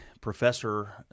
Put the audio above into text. professor